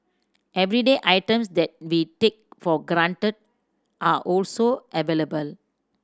everyday items that we take for granted are also available